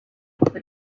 the